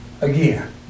again